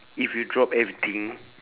if you drop everything